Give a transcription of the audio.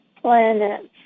planets